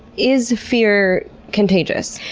is fear contagious?